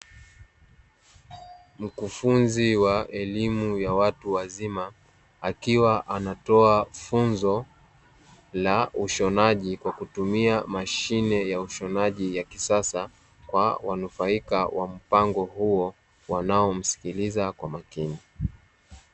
Mkufunzi wa elimu ya watu wazima, akiwa anatoa funzo la ushonaji kwa kutumia mashine ya ushonaji ya kisasa kwa wanufaika wa mpango huo wanaomsikiliza kwa makini.